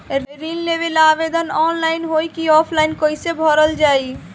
ऋण लेवेला आवेदन ऑनलाइन होई की ऑफलाइन कइसे भरल जाई?